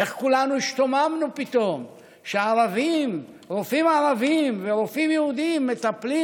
איך כולנו השתוממנו פתאום שרופאים ערבים ורופאים יהודים מטפלים,